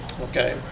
okay